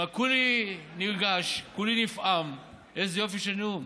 כולי נרגש, כולי נפעם, איזה יופי של נאום.